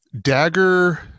dagger